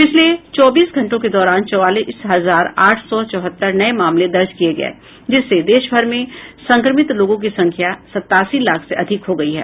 पिछले चौबीस घंटे के दौरान चौवालीस हजार आठ सौ चौहत्तर नये मामले दर्ज किए गए जिससे देशभर में संक्रमित लोगों की संख्या सतासी लाख से अधिक हो गई है